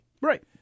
Right